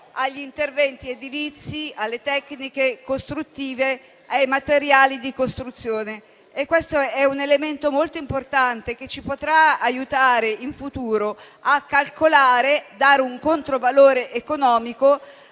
agli interventi edilizi, alle tecniche costruttive, ai materiali di costruzione. Questo è un elemento molto importante che in futuro ci potrà aiutare a calcolare, a dare un controvalore economico